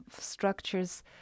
structures